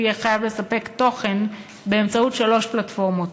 יהיה חייב לספק תוכן באמצעות שלוש פלטפורמות: